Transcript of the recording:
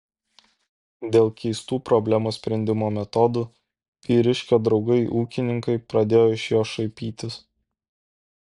dėl keistų problemos sprendimo metodų vyriškio draugai ūkininkai pradėjo iš jo šaipytis